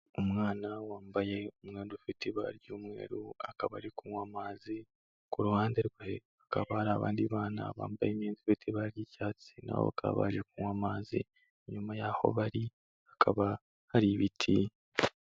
Umwana wambaye umwenda ufite ibara ry'umweru akaba ari kunywa amazi, ku ruhande rwe hakaba hari abandi bana bambaye imyenda ifite ibara ry'icyatsi na bo bakaba baje kunywa amazi, inyuma yabo bari hakaba hari ibiti.